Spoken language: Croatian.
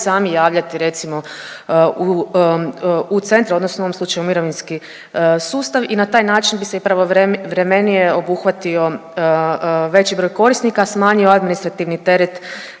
sami javljati recimo u centre, odnosno u ovom slučaju u mirovinski sustav i na taj način bi se pravovremenije obuhvatio veći broj korisnika, a smanjio administrativni teret